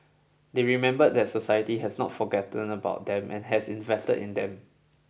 they remember that society has not forgotten about them and has invested in them